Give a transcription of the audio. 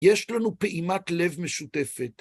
יש לנו פעימת לב משותפת.